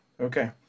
Okay